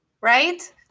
right